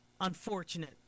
unfortunate